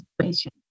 situation